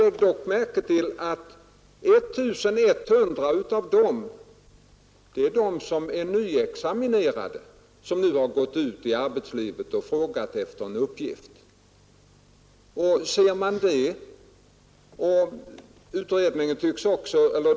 Lägg dock märke till att 1 100 av dem är nyexaminerade som nu har gått ut i arbetslivet och frågat efter en uppgift!